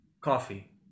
Coffee